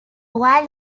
while